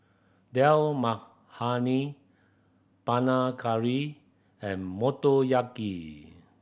Dal Makhani Panang Curry and Motoyaki